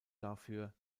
dafür